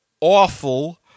awful